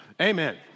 Amen